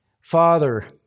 Father